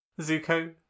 Zuko